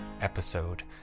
episode